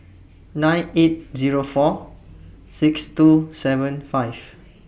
nine eight Zero four six two seven five